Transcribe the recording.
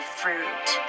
fruit